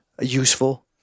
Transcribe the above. useful